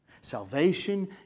Salvation